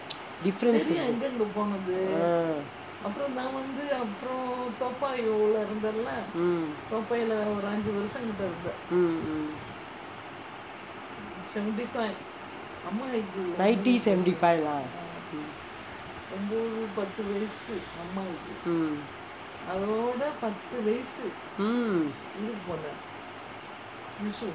difference இருக்கு:irukku ah mm nineteen seventy five ah mm